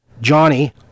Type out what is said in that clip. Johnny